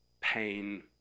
pain